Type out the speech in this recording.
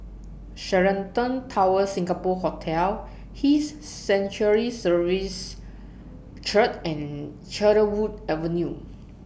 Sheraton Towers Singapore Hotel His Sanctuary Services Church and Cedarwood Avenue